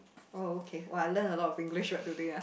oh okay !woah! I learn a lot of English word today ah